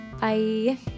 Bye